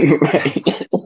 Right